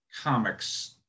comics